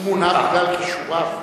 הוא מונה בגלל כישוריו.